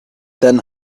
then